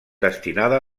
destinada